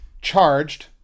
charged